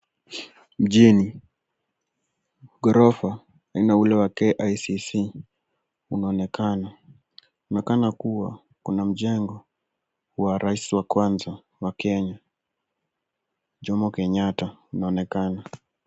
Mjini, ghorofa aina ule wa KICC unaonekana kuwa kuna mjengo wa rais wa kwanza wa Kenya, Jomo Kenyatta unaonekana.